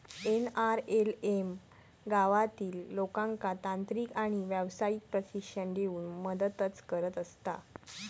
NRLM गावातील लोकांका तांत्रिक आणि व्यावसायिक प्रशिक्षण देऊन मदतच करत असता